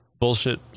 bullshit